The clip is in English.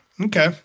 Okay